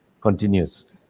continues